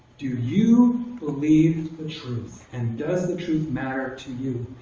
do you believe the truth? and does the truth matter to you?